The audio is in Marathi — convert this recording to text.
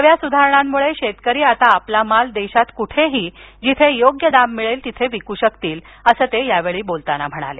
नव्या सुधारणांमुळे शेतकरी आता आपला माल देशात कुठेही जिथे योग्य दाम मिळेल तिथे विकू शकतील असं ते यावेळी बोलताना म्हणाले